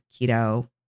keto